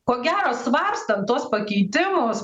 ko gero svarstant tuos pakeitimus